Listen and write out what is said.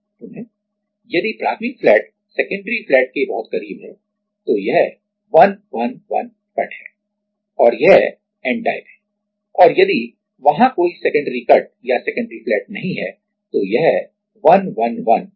पुनः यदि प्राथमिक फ्लैट सेकेंडरी फ्लैट के बहुत करीब है तो यह 111 कट है और यह n टाइप है और यदि वहां कोई सेकेंडरी कट या सेकेंडरी फ्लैट नहीं है तो यह 111 p टाइप है